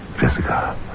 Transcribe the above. Jessica